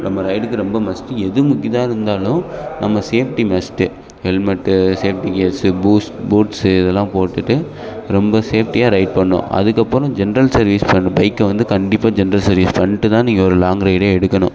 நம்ம ரைடுக்கு ரொம்ப மஸ்ட்டு எது முக்கியதா இருந்தாலும் நம்ம safety must helmet safety gears boost boots இதெல்லாம் போட்டுட்டு ரொம்ப சேஃப்ட்டியாக ரைட் பண்ணணும் அதுக்கப்புறம் ஜென்ரல் சர்வீஸ் பண்ணணும் பைக்கை வந்து கண்டிப்பாக ஜென்ரல் சர்வீஸ் பண்ணிட்டு தான் நீங்கள் ஒரு லாங்க் ரைடே எடுக்கணும்